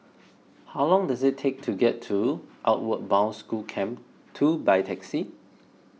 how long does it take to get to Outward Bound School Camp two by taxi